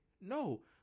No